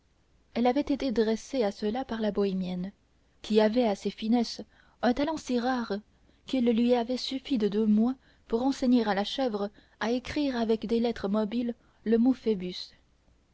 elle avait été dressée à cela par la bohémienne qui avait à ces finesses un talent si rare qu'il lui avait suffi de deux mois pour enseigner à la chèvre à écrire avec des lettres mobiles le mot